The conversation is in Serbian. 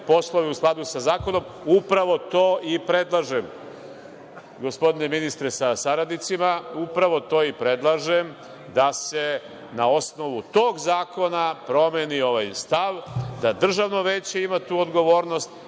poslove u skladu sa zakonom. Upravo to i predlažem, gospodine ministre sa saradnicima. Upravo to i predlažem, da se na osnovu tog zakona promeni ovaj stav, da Državno veće ima tu odgovornost,